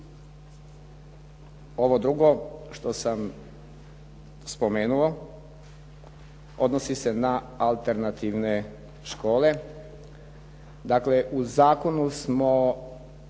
ovo drugo što sam spomenuo odnosi se na alternativne škole. Dakle, u zakonu smo,